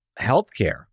healthcare